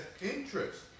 interest